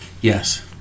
Yes